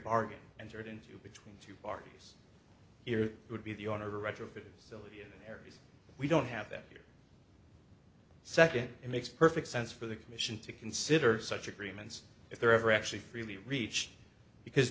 bargain entered into between two parties here would be the owner retrofit still areas we don't have that are second it makes perfect sense for the commission to consider such agreements if they're ever actually freely reached because